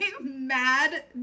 mad